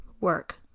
work